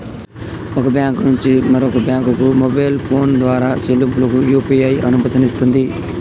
ఒక బ్యాంకు నుంచి మరొక బ్యాంకుకు మొబైల్ ఫోన్ ద్వారా చెల్లింపులకు యూ.పీ.ఐ అనుమతినిస్తుంది